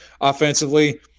offensively